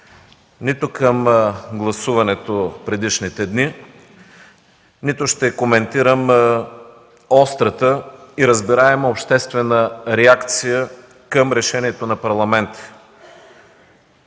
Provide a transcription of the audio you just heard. нито към гласуването предишните дни, нито ще коментирам острата и разбираемата обществена реакция към решението на Парламента.